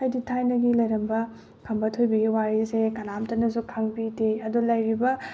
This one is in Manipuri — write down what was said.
ꯍꯥꯏꯗꯤ ꯊꯥꯏꯅꯒꯤ ꯂꯩꯔꯝꯕ ꯈꯝꯕ ꯊꯣꯏꯕꯤꯒꯤ ꯋꯥꯔꯤꯁꯦ ꯀꯅꯥꯝꯇꯅꯁꯨ ꯈꯪꯕꯤꯗꯦ ꯑꯗꯣ ꯂꯩꯔꯤꯕ